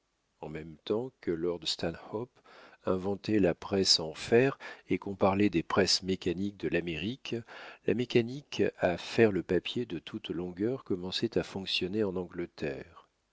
en même temps que lord stanhope inventait la presse en fer et qu'on parlait des presses mécaniques de l'amérique la mécanique à faire le papier de toute longueur commençait à fonctionner en angleterre